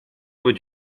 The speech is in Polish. być